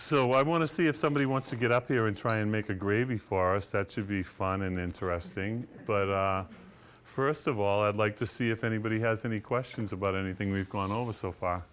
so i want to see if somebody wants to get up here and try and make a grieving for us that should be fun and interesting but first of all i'd like to see if anybody has any questions about anything we've gone over so far